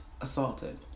assaulted